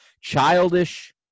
childish